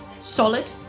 solid